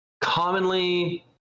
commonly